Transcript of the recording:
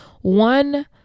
one